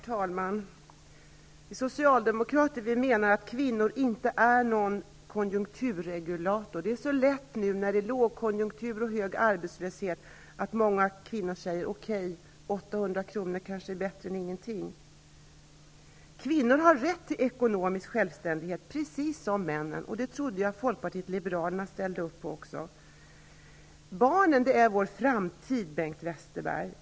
Herr talman! Vi socialdemokrater menar att kvinnor inte är någon konjunkturregulator. Det händer lätt, vid lågkonjunktur och arbetslöshet, att många kvinnor kanske säger att 800 kr. är bättre än ingenting. Kvinnor har rätt till ekonomisk självständighet, precis som männen. Det trodde jag att Folkpartiet liberalerna också ställde upp på. Barnen är vår framtid, Bengt Westerberg.